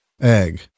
Egg